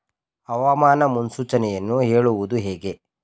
ಹವಾಮಾನ ಮುನ್ಸೂಚನೆಯನ್ನು ಹೇಳುವುದು ಹೇಗೆ?